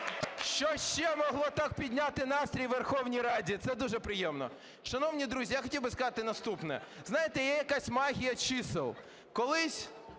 Що ще так могло підняти настрій у Верховній Раді? Це дуже приємно. Шановні друзі, я хотів би сказати наступне. Знаєте, є якась магія чисел: колись